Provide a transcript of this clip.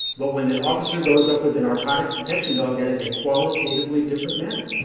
but when the officer goes up with a narcotics detection dog, that is a qualitatively different matter.